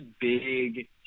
big